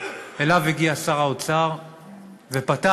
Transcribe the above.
והגיע אליו שר האוצר ופתח,